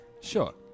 sure